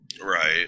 Right